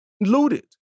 Looted